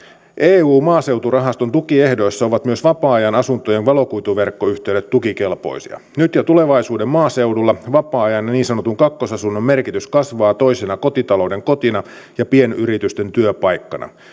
eu maaseuturahaston tukiehdoissa ovat myös vapaa ajan asuntojen valokuituverkkoyhteydet tukikelpoisia nyt ja tulevaisuuden maaseudulla vapaa ajan niin sanotun kakkosasunnon merkitys kasvaa kotitalouden toisena kotina ja pienyrityksen työpaikkana